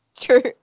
True